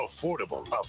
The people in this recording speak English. Affordable